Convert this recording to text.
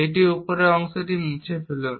এই উপরের অংশটি মুছে ফেলুন